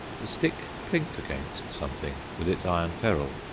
the stick clinked against something with its iron ferrule.